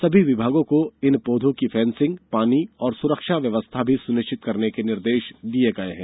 सभी विभागों को इन पौधों की फैसिंग पानी और सुरक्षा व्यवस्था भी सुनिश्चित करने के निर्देश दिए गए हैं